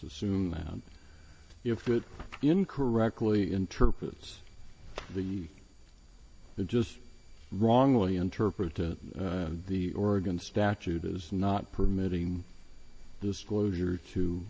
assume that if it incorrectly interprets the the just wrongly interpret the oregon statute as not permitting disclosure to